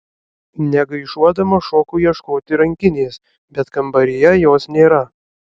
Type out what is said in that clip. negaišuodama šoku ieškoti rankinės bet kambaryje jos nėra